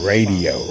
Radio